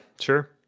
sure